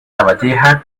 lavalleja